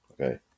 okay